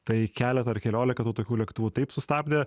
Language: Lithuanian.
tai keleta ar keliolika tų tokių lėktuvų taip sustabdė